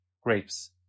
grapes